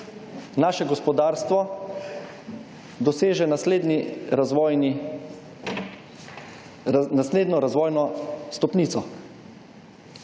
naše gospodarstvo doseže naslednjo razvojno stopnico,